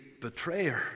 betrayer